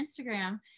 Instagram